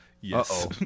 yes